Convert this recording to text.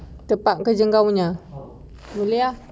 tempat kerja kamu boleh